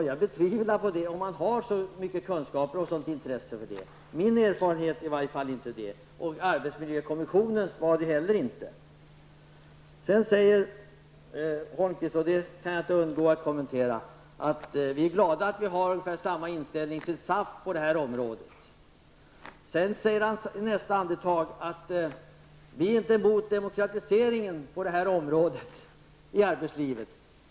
Jag tvivlar på att universiteten har så stora kunskaper och intressen. Min erfarenhet är inte sådan, och arbetsmiljökommissionen har inte heller den erfarenheten. Jag kan inte undgå att kommentera att Erik Holmkvist säger att moderaterna är glada att SAF har ungefär samma inställning på det området. I nästa andetag säger Holmkvist att de visst inte är emot demokratisering på det området i arbetslivet.